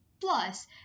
plus